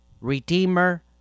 Redeemer